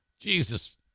Jesus